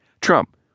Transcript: Trump